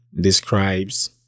describes